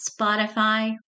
Spotify